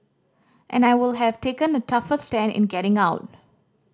and I would have taken a tougher stand in getting out